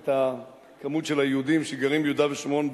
את מספר היהודים שגרים ביהודה ושומרון,